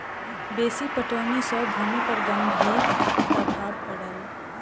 बेसी पटौनी सॅ भूमि पर गंभीर प्रभाव पड़ल